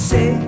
Say